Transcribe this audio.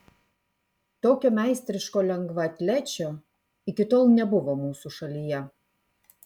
tokio meistriško lengvaatlečio iki tol nebuvo mūsų šalyje